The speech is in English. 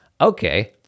okay